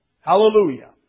Hallelujah